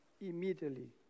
immediately